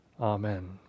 Amen